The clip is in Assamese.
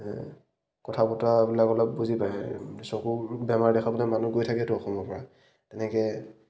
কথা বতৰাবিলাক অলপ বুজি পায় চকুৰ বেমাৰ দেখাবলৈ মানুহ গৈ থাকেতো অসমৰ পৰা তেনেকৈ